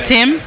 Tim